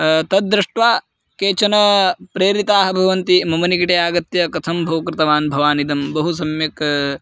तद्दृष्ट्वा केचन प्रेरिताः भवन्ति मम निकिटे आगत्य कथं भोः कृतवान् भवान् इदं बहु सम्यक्